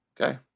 Okay